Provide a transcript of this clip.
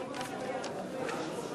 חברי הכנסת, לפני